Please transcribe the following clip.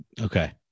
Okay